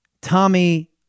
Tommy